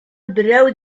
берәү